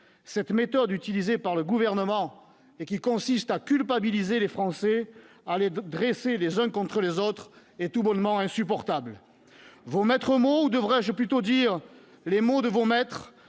cette méthode utilisée par le Gouvernement qui consiste à culpabiliser les Français, à les dresser les uns contre les autres, est tout bonnement insupportable. Vos maîtres mots, ou plutôt devrais-je dire, les mots de vos maîtres,